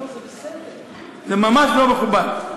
זה ממש לא מכובד.